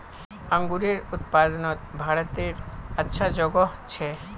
अन्गूरेर उत्पादनोत भारतेर अच्छा जोगोह छे